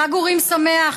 חג אורים שמח.